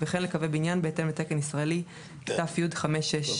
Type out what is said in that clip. וכן לקווי בניין בהתאם לתקן ישראלי ת"י 5664,